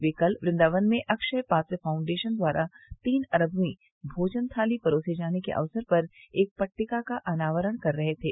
वे कल वृंदावन में अक्षय पात्र फाउंडेशन द्वारा तीन अरबवीं भोजन थाली परोसे जाने के अवसर पर एक पट्टिका का अनावरण कर रहे थे